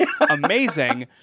amazing